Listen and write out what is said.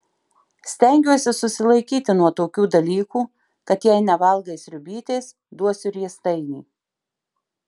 stengiuosi susilaikyti nuo tokių dalykų kad jei nevalgai sriubytės duosiu riestainį